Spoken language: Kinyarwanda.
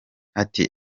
ati